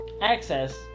Access